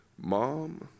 mom